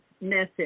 message